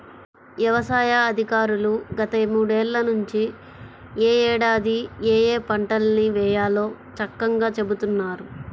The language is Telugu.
యవసాయ అధికారులు గత మూడేళ్ళ నుంచి యే ఏడాది ఏయే పంటల్ని వేయాలో చక్కంగా చెబుతున్నారు